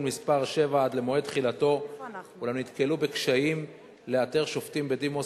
מס' 7 עד מועד תחילתו אולם נתקלו בקשיים לאתר שופטים בדימוס